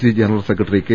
C general secretary K